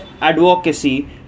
advocacy